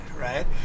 right